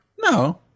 No